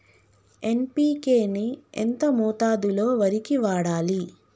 NPK ని ఎంత మోతాదులో వరికి వాడాలి?